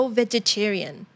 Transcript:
vegetarian